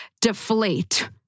deflate